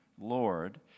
Lord